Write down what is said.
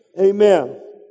amen